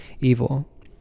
evil